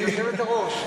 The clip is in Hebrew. יושבת-ראש,